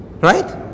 Right